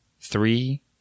three